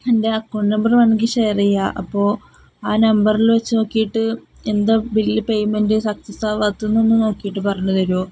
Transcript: എൻ്റെ account number വേണമെങ്കില് ഷെയറെയ്യാം അപ്പോള് ആ നമ്പറില് വച്ചുനോക്കിയിട്ട് എന്താണ് ബില്ല് പേയ്മെൻറ് സക്സസ്സാവാത്തത് എന്നൊന്നു നോക്കിയിട്ടു പറഞ്ഞുതരുമോ